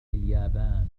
اليابان